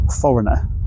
foreigner